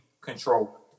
control